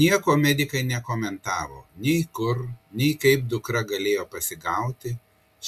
nieko medikai nekomentavo nei kur nei kaip dukra galėjo pasigauti